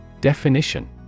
Definition